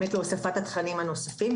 באמת להוספת התכנים הנוספים,